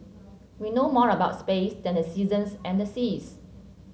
we know more about space than the seasons and the seas